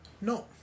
No